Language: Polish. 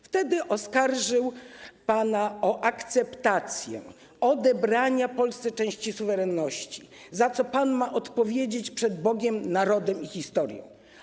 Wtedy oskarżył pana o akceptację odebrania Polsce części suwerenności, za co pan ma odpowiedzieć przed Bogiem, narodem i historią.